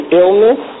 illness